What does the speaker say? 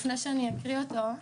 לפני שאני אקריא אותו,